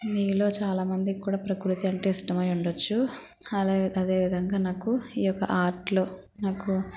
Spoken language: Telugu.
మీలో చాలామందికి కూడా ప్రకృతి అంటే ఇష్టమై ఉండొచ్చు అలాగే అదే విధంగా నాకు ఈ యొక్క ఆర్ట్లో నాకు